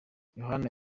yohana